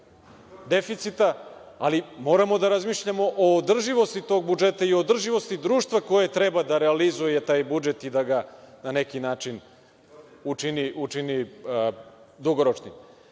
ali moramo da razmišljamo i o održivosti tog budžeta i o održivosti društva koje treba da realizuje taj budžet i da ga na neki način učini dugoročnim.O